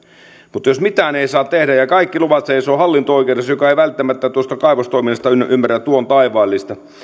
mutta jos mitään ei saa tehdä ja kaikki luvat seisovat hallinto oikeudessa joka ei välttämättä tuosta kaivostoiminnasta ymmärrä tuon taivaallista